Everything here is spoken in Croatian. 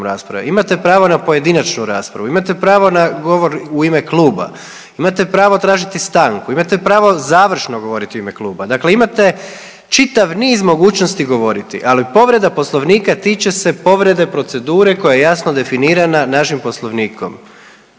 imate pravo na pojedinačnu raspravu, imate pravo na govor u ime kluba, imate pravo tražiti stanku, imate pravo završno govoriti u ime kluba. Dakle, imate čitav niz mogućnosti govoriti, ali povreda Poslovnika tiče se povrede procedure koja je jasno definirana našim Poslovnikom